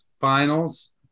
finals